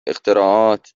اختراعات